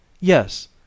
Yes